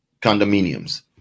condominiums